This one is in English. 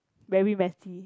very messy